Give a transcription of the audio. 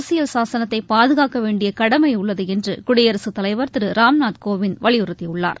அரசியல் சாசனத்தை பாதுகாக்க வேண்டிய கடமை உள்ளது என்று குடியரசுத் தலைவா் திரு ராம்நாத் கோவிந்த் வலியுறுத்தியுள்ளார்